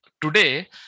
today